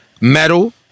metal